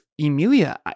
Emilia